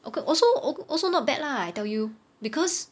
oh~ also also not bad lah I tell you because